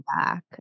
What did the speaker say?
back